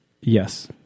Yes